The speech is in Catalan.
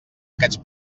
aquests